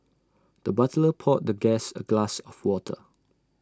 the butler poured the guest A glass of water